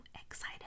excited